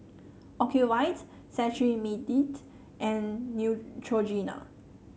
Ocuvite Cetrimide and Neutrogena